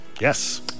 Yes